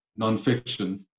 nonfiction